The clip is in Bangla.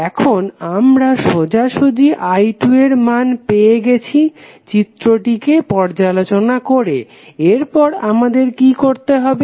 এখন আমরা সোজাসুজি i2 এর মান পেয়ে গেছি চিত্রটিকে পর্যালোচনা করে এরপর আমাদের কি করতে হবে